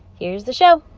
here's the show